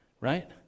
Right